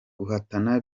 guhatana